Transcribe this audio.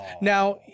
Now